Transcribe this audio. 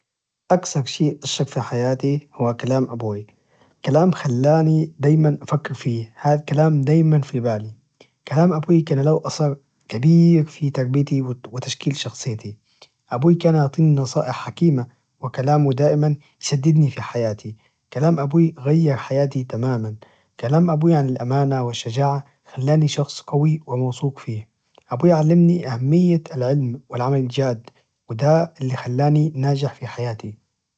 أكثر شيء أثر في حياتي هو كلام أبوي، كلام خلاني دائماً أفكر فيه هذا كلام دائماً في بالي، كلام أبوي كان لو أثر كبير في تربيتي وتشكيل شخصيتي، أبوي كان يعطيني النصائح حكيمة وكلامه دائماً يسددني في حياتي، كلام أبوي غير حياتي تماماً، كلام أبوي عن الأمانة والشجاعة خلاني شخص قوي وموثوق فيه، أبوي علمني أهمية العلم والعمل الجاد وده إللي خلاني ناجح في حياتي.